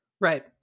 Right